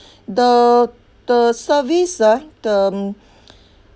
the the service ah the